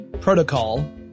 protocol